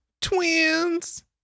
Twins